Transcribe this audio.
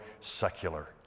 secular